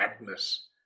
madness